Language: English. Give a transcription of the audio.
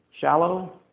shallow